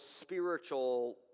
spiritual